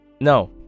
No